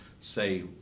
say